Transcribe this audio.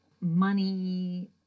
money